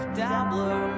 dabblers